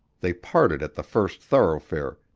they parted at the first thoroughfare,